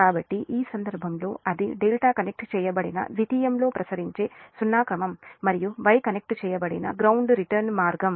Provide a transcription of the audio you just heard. కాబట్టి ఈ సందర్భంలో అది ∆ కనెక్ట్ చేయబడిన ద్వితీయంలో ప్రసరించే సున్నా క్రమం మరియు Y కనెక్ట్ చేయబడిన గ్రౌండ్ రిటర్న్ మార్గం